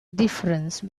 difference